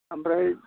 ओमफ्राय